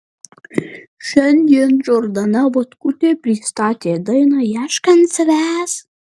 šiandien džordana butkutė pristatė dainą ieškant savęs